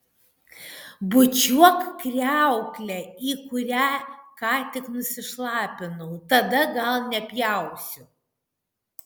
bučiuok kriauklę į kurią ką tik nusišlapinau tada gal nepjausiu